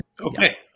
Okay